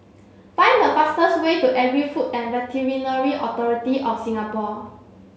find the fastest way to Agri Food and Veterinary Authority of Singapore